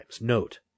Note